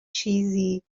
چیزی